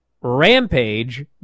Rampage